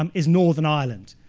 um is northern ireland.